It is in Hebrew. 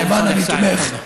נאאב סאלח, תפדל.